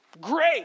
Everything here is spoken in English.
great